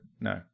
no